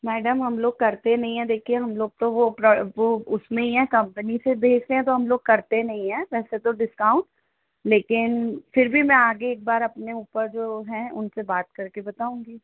madam हम लोग करते नहीं हैं देखिए हम लोग तो वो प्र वो उसमें ही हैं कम्पनी से बेचते हैं तो हम लोग करते नहीं हैं वैसे तो डिस्काउंट लेकिन फिर भी मैं आगे एक बार अपने ऊपर जो हैं उनसे बात करके बताऊँगी